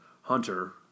Hunter